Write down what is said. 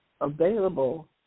available